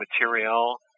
material